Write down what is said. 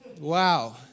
Wow